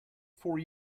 for